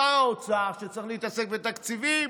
שר האוצר, שצריך להתעסק בתקציבים,